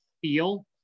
feel